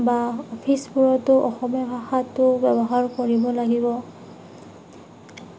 বা অফিচবোৰতো অসমীয়া ভাষাটো ব্যৱহাৰ কৰিব লাগিব